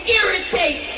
irritate